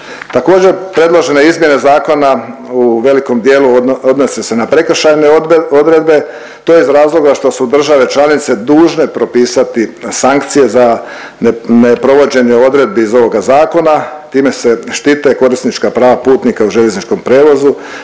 Također predložene izmjene zakona u velikom dijelu odnose se na prekršajne odredbe, to je iz razloga što su države članice dužne propisati sankcije za neprovođenje odredbi iz ovoga zakona. Time se štite korisnička prava putnika u željezničkom prijevozu